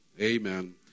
Amen